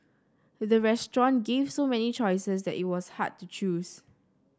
the restaurant gave so many choices that it was hard to choose